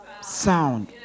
sound